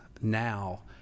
now